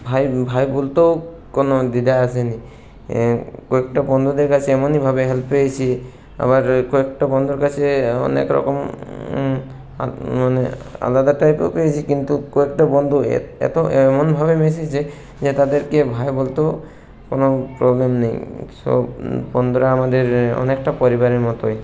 ভাই ভাই বলতেও কোনো দ্বিধা আসেনি কয়েকটা বন্ধুদের কাছে এমনইভাবে হেল্প পেয়েছি আবার কয়েকটা বন্ধুর কাছে অনেক রকম মানে আলাদা টাইপও পেয়েছি কিন্তু কয়েকটা বন্ধু এ এতো এমন ভাবে মিশেছে যে তাদেরকে ভাই বলতেও কোনো প্রবলেম নেই সব বন্ধুরা আমাদের অনেকটা পরিবারের মতো